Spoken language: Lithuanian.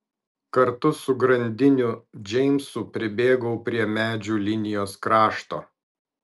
kartu su grandiniu džeimsu pribėgau prie medžių linijos krašto